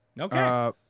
Okay